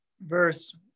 verse